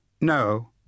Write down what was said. No